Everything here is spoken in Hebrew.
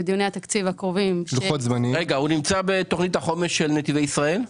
בדיוני התקציב הקרובים --- הוא נמצא בתוכנית החומש של נתיבי ישראל?